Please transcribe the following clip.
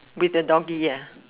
with the doggy ya